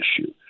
issue